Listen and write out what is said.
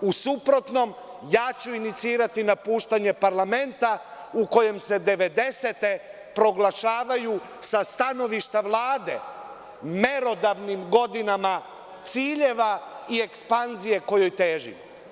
U suprotnom, ja ću inicirati napuštanje parlamenta u kojem se 90-te proglašavaju sa stanovišta Vlade merodavnim godinama ciljeva i ekspanzije kojoj težimo.